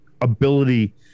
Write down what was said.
ability